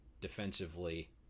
defensively